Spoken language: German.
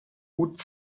gut